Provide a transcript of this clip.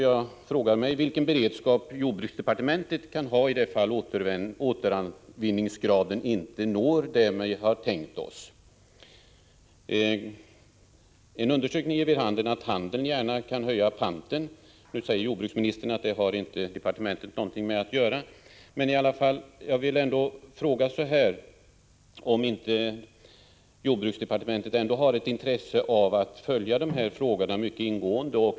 Jag undrar: Vilken beredskap har jordbruksdepartementet i det fall återvinningsgraden inte når det man har tänkt sig? En undersökning ger vid handen att handeln gärna kan höja panten. Nu säger jordbruksministern att jordbruksdepartementet inte har någonting med detta att göra, men jag vill i alla fall fråga om jordbruksdepartementet ändå inte har ett intresse av att följa de här frågorna mycket ingående.